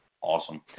awesome